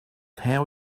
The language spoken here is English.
how